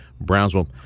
Brownsville